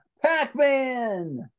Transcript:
pac-man